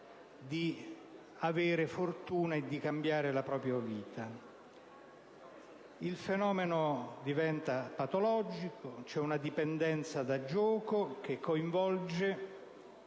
di avere fortuna e di cambiare la propria vita. Il fenomeno diventa patologico; c'è una dipendenza da gioco che coinvolge